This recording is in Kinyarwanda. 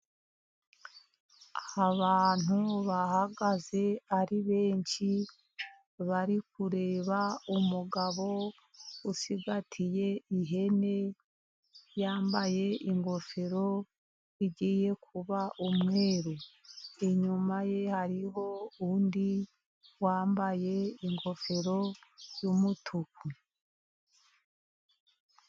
Abantu bahagaze ari benshi bari kureba umugabo ucigatiye ihene, yambaye ingofero igiye kuba umweru, inyuma ye hariho undi wambaye ingofero y'umutuku.